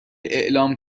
اعلام